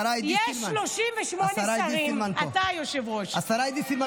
יש שרה, עידית סילמן.